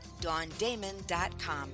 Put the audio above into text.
DawnDamon.com